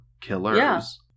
killers